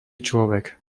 človek